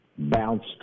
bounced